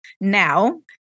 now